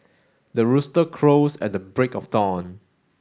the rooster crows at the break of dawn